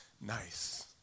nice